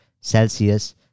Celsius